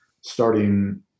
Starting